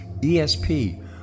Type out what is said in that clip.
ESP